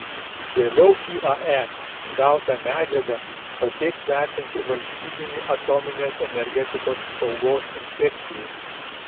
vėliau iae gautą medžiagą pateiks vertinti valstybinei atominės energetikos saugos inspekcijai